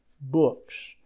books